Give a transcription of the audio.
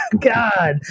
God